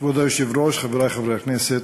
כבוד היושב-ראש, חברי חברי כנסת,